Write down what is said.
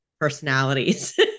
personalities